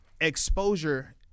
exposure